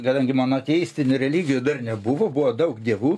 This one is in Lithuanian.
kadangi monoteistinių religijų dar nebuvo buvo daug dievų